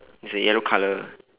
it's a yellow colour